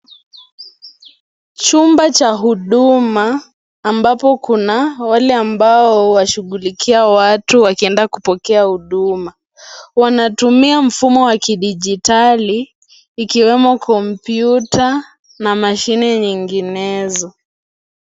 Jumba cha Huduma ambapo kuna wale ambao huwashughulikia watu wakienda kupokea huduma. Wanatumia mfumo wa kidijitali ikiwemo kompyuta na mashine nyinginezo.